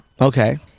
Okay